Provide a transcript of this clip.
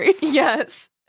Yes